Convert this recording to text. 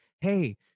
hey